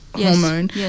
hormone